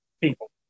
people